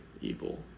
evil